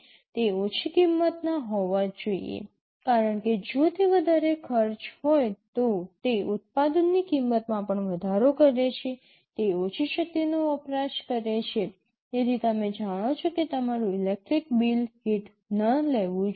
તે ઓછી કિંમતના હોવા જ જોઈએ કારણ કે જો તે વધારે ખર્ચ હોય તો તે ઉત્પાદનની કિંમતમાં પણ વધારો કરે છે તે ઓછી શક્તિનો વપરાશ કરે છે તેથી તમે જાણો છો કે તમારું ઇલેક્ટ્રિક બિલ હિટ ન લેવું જોઈએ